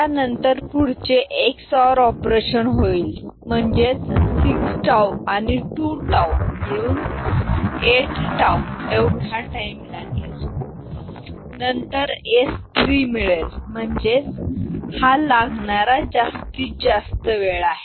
यानंतर पुढचे XOR operation होईल म्हणजेच 6 टाऊ आणि 2 टाऊ मिळून 8 टाऊ एवढा टाईम नंतर S3 मिळेल म्हणजे हा लागणारा जास्तीत जास्त वेळ आहे